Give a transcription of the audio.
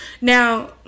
Now